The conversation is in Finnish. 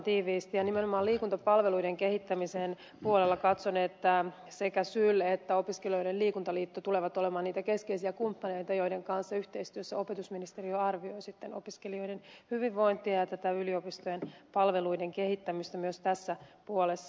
nimenomaan liikuntapalveluiden kehittämisen puolella katson että sekä syl että opiskelijoiden liikuntaliitto tulevat olemaan niitä keskeisiä kumppaneita joiden kanssa yhteistyössä opetusministeriö arvioi sitten opiskelijoiden hyvinvointia ja yliopistojen palveluiden kehittämistä myös tässä puolessa